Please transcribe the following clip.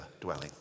dwelling